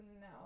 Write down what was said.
no